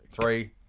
three